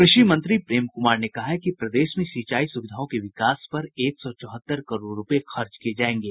कृषि मंत्री प्रेम कुमार ने कहा है कि प्रदेश में सिंचाई सुविधाओं के विकास पर एक सौ चौहत्तर करोड़ रूपये खर्च किये जायेंगे